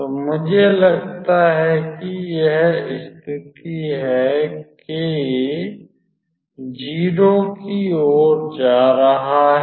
तो मुझे लगता है कि यह स्थिति है k 0 की ओर जा रहा है